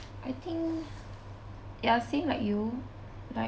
I think ya same like you like